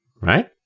right